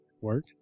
Work